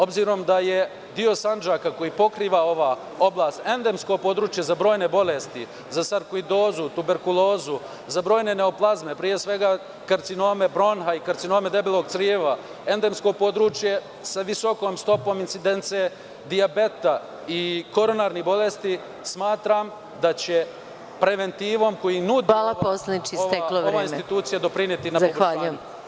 Obzirom da je deo Sandžaka koji pokriva ova oblast endemsko područje za brojne bolesti za sarkoidozu, tuberkulozu, za brojne neoplazme, pre svega karcinome bronhija i karcinome debelog creva, endemsko područje sa visokom stopom incidence, dijabeta i koronarnih bolesti smatram da će preventivom koji nudi ova institucija doprineti na poboljšanju.